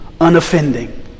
unoffending